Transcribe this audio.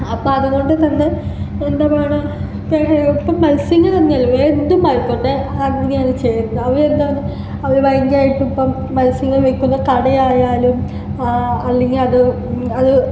അപ്പം അതുകൊണ്ട് തന്നെ എന്താണ് ഇപ്പം മത്സ്യങ്ങൾ എന്നല്ല വേറെ എന്തുമായിക്കോട്ടെ അങ്ങനെയാണ് ചെയ്യുന്നത് അവർ എന്താ അവർ ഭയങ്കരമായിട്ട് ഇപ്പം മത്സ്യങ്ങൾ വിൽക്കുന്ന കട ആയാലും അല്ലെങ്കിൽ അത് അത്